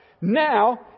now